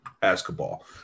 basketball